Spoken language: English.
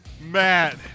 Matt